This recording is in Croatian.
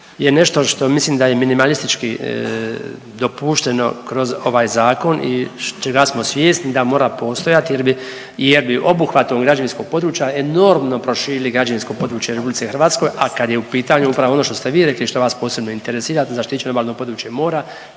je nešto što mislim da je minimalistički dopušteno kroz ovaj zakon i čega smo svjesni da mora postojati jer bi obuhvatom građevinskog područja enormno proširili građevinsko područje u Republici Hrvatskoj, a kad je u pitanju upravo ono što ste vi rekli, što vas posebno interesira zaštićeno obalno područje mora